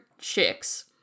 chicks